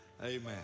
Amen